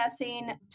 accessing